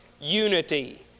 unity